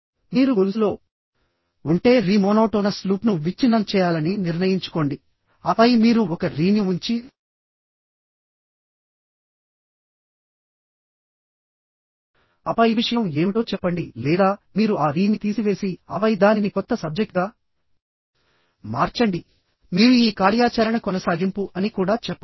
మీరు గొలుసులో ఉంటే రీ మోనోటోనస్ లూప్ను విచ్ఛిన్నం చేయాలని నిర్ణయించుకోండి ఆపై మీరు ఒక రీని ఉంచి ఆపై విషయం ఏమిటో చెప్పండి లేదా మీరు ఆ రీని తీసివేసి ఆపై దానిని కొత్త సబ్జెక్ట్గా మార్చండి మీరు ఈ కార్యాచరణ కొనసాగింపు అని కూడా చెప్పవచ్చు